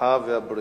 הרווחה והבריאות.